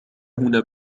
هنا